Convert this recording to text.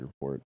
report